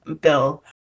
bill